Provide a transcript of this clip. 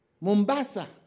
Mombasa